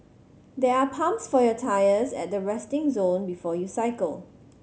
there are pumps for your tyres at the resting zone before you cycle